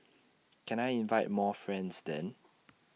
can I invite more friends then